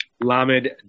lamed